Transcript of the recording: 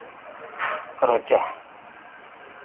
रौह्चै